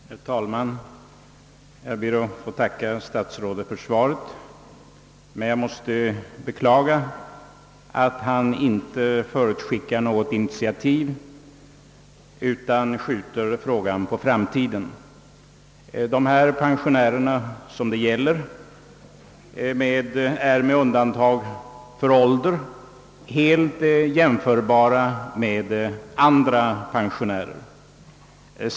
Herr talman! Jag ber att få tacka statsrådet för svaret, men jag måste beklaga att han inte förutskickar något initiativ utan skjuter frågan på framtiden. Dessa pensionärer är med undantag för åldern helt jämförbara med andra pensionärer.